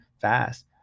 fast